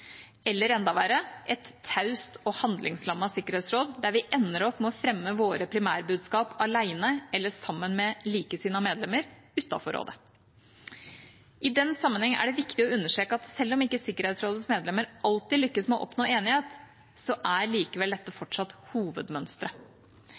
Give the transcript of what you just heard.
eller enda verre: et taust og handlingslammet sikkerhetsråd der vi ender opp med å fremme vårt primærbudskap alene eller sammen med likesinnede medlemmer – utenfor rådet. I den sammenheng er det viktig å understreke at selv om ikke Sikkerhetsrådets medlemmer alltid lykkes med å oppnå enighet, er dette